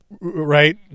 right